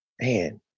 Man